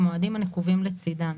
במועדים הנקובים לצידן: